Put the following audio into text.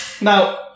Now